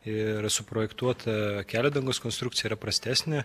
ir suprojektuota kelio dangos konstrukcija yra prastesnė